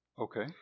Okay